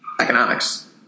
economics